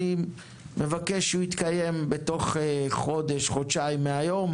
אני מבקש שהוא יתקיים תוך חודש-חודשיים מהיום,